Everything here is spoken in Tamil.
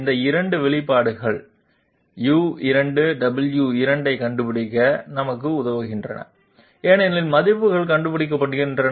இந்த 2 வெளிப்பாடுகள் u2 w2 ஐக் கண்டுபிடிக்க எங்களுக்கு உதவுகின்றன ஏனெனில் மதிப்புகள் கண்டுபிடிக்கப்படுகின்றன